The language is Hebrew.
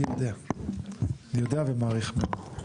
אני יודע, אני יודע ומעריך מאוד.